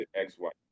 ex-wife